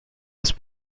ist